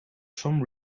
some